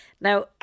Now